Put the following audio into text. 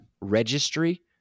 Registry